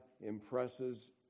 impresses